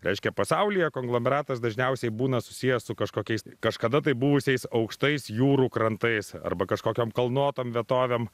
reiškia pasaulyje konglomeratas dažniausiai būna susijęs su kažkokiais kažkada tai buvusiais aukštais jūrų krantais arba kažkokiom kalnuotom vietovėm